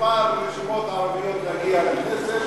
מספר הרשימות הערביות להגיע לכנסת,